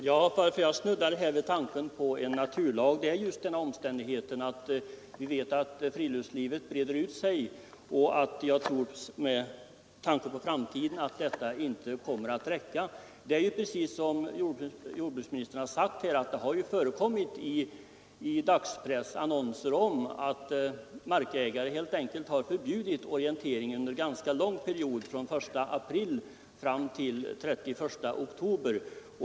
Fru talman! Att jag snuddade vid tanken på en lagstiftning beror på just den omständigheten att friluftslivet breder ut sig och att allemansrätten i framtiden kanske inte kommer att räcka. Som herr jordbruksministern sade har det i dagspressen förekommit att markägare annonserat förbud mot orientering under ganska lång period — från den 1 april fram till den 31 oktober.